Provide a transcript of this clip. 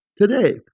today